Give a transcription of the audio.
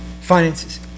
finances